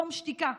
דום שתיקה.